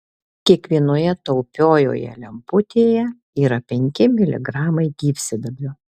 kiekvienoje taupiojoje lemputėje yra penki miligramai gyvsidabrio